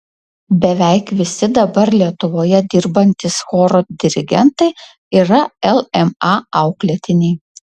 beveik visi dabar lietuvoje dirbantys choro dirigentai yra lma auklėtiniai